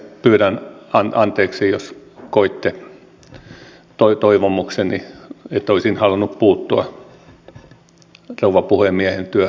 pyydän anteeksi jos koitte toivomukseni niin että olisin halunnut puuttua rouva puhemiehen työhön